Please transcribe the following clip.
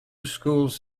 schools